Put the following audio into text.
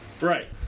Right